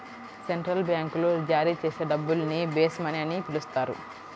central బ్యాంకులు జారీ చేసే డబ్బుల్ని బేస్ మనీ అని పిలుస్తారు